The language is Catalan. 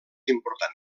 important